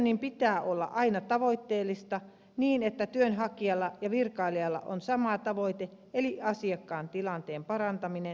asioinnin pitää olla aina tavoitteellista niin että työnhakijalla ja virkailijalla on sama tavoite eli asiakkaan tilanteen parantaminen ja työllistäminen